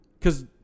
Cause